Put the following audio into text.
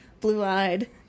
blue-eyed